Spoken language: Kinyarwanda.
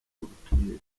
ubutumire